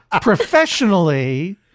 professionally